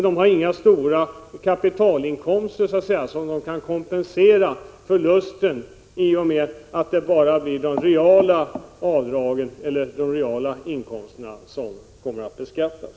De har inga stora kapitalinkomster som de kan kompensera förlusten med i och med att det bara blir de reala inkomsterna som kommer att beskattas.